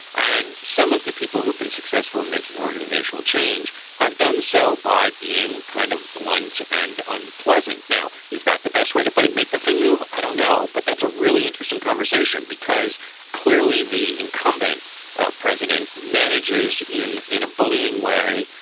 and some of the people who've been successful in making organizational change have done so by being kind of blunt and unpleasant. now, is that the best way to make the thing move? i don't know. but that's a really interesting conversation because clearly the incumbent president manages in in a bullying way.